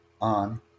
on